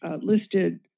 listed